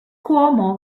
cuomo